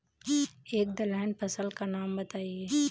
एक दलहन फसल का नाम बताइये